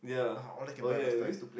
ah all that can buy last time